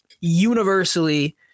universally